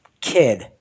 kid